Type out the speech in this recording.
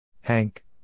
Hank